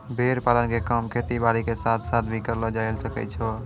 भेड़ पालन के काम खेती बारी के साथ साथ भी करलो जायल सकै छो